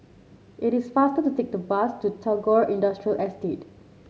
it is faster to take the bus to Tagore Industrial Estate